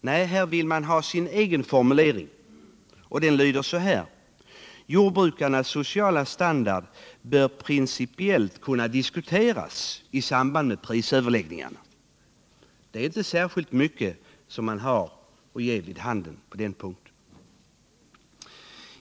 Nej, här vill man ha sin egen formulering, och den lyder: Jordbrukarnas sociala standard bör principiellt kunna diskuteras i samband med prisöverläggningarna. Det är inte särskilt mycket man har att komma med på den punkten.